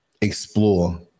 explore